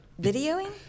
Videoing